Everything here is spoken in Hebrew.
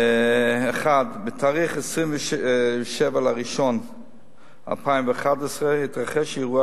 1. בתאריך 27 בינואר 2011 התרחש אירוע